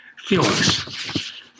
Felix